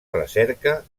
recerca